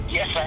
Yes